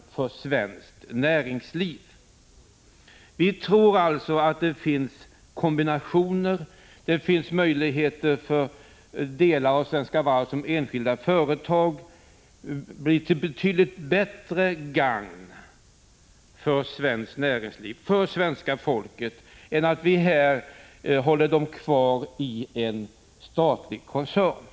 1985/86:155 näringsliv. Vi tror alltså att det finns kombinationer, möjligheter, fördelarav 29 maj 1986 Svenska Varv att som enskilda företag bli till betydligt bättre gagn för svenskt näringsliv, för det svenska folket. Vi menar att det är bättre än att hålla företagen kvar i en statlig koncern.